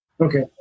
Okay